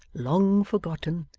long forgotten,